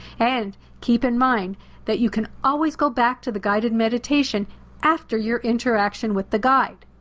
and keep in mind that you can always go back to the guided meditation after your interaction with the guide.